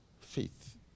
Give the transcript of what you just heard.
Faith